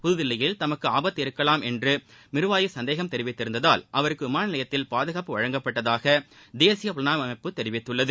புதுதில்லியில் தமக்கு ஆபத்து இருக்கலாம் என்று மிர்வாயிஸ் சந்தேகம் தெரிவித்திருந்ததால் அவருக்கு விமான நிலையத்தில் பாதுகாப்பு வழங்கப்பட்டதாக தேசிய புலனாய்வு அமைப்பு தெிவித்துள்ளது